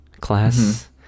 class